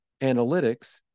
analytics